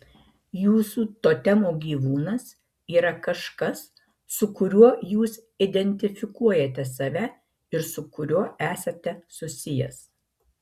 jūsų totemo gyvūnas yra kažkas su kuriuo jūs identifikuojate save ir su kuriuo esate susijęs